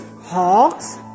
Hawks